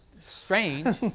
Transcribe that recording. strange